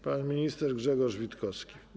Pan minister Grzegorz Witkowski.